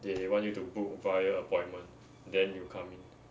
they want you to book via appointment then you come in